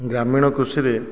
ଗ୍ରାମୀଣ କୃଷିରେ